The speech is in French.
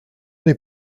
n’ai